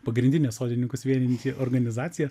pagrindinė sodininkus vienijanti organizacija